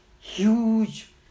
huge